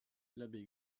l’abbé